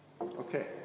Okay